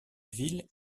ville